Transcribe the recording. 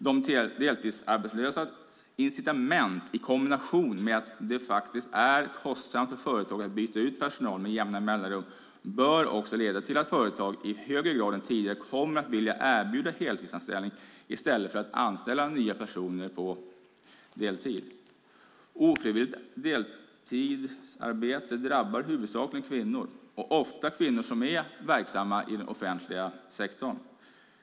De deltidsarbetslösas incitament i kombination med att det faktiskt är kostsamt för företagen att byta ut personal med jämna mellanrum bör leda till att företag i högre grad än tidigare kommer att vilja erbjuda heltidsanställning i stället för att anställa nya personer på deltid. Ofrivilligt deltidsarbete drabbar huvudsakligen kvinnor, ofta kvinnor som är verksamma i den offentliga sektorn.